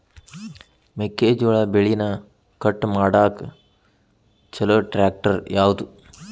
ಮೆಕ್ಕೆ ಜೋಳ ಬೆಳಿನ ಕಟ್ ಮಾಡಾಕ್ ಛಲೋ ಟ್ರ್ಯಾಕ್ಟರ್ ಯಾವ್ದು?